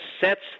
sets